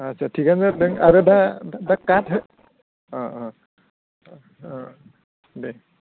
आदसा थिगानो जादों आरोदा दा दा खाथ हो अ अ अ दे